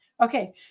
Okay